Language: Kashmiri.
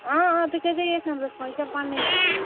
اۭں اۭں تُہۍ کٔرۍزیو ییٚتھ نَمبرَس فون یہِ چھُ مےٚ پَنٛنُے نَمبَر